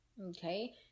okay